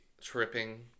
tripping